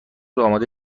آماده